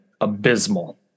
abysmal